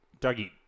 Dougie